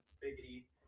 biggity